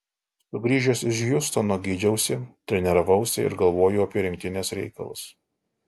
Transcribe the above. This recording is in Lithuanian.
sugrįžęs iš hjustono gydžiausi treniravausi ir galvojau apie rinktinės reikalus